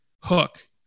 hook